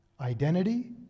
identity